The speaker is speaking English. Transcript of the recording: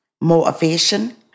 motivation